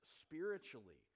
spiritually